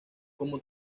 como